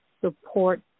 support